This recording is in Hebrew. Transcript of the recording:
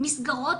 מסגרות